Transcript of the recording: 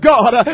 God